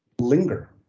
Linger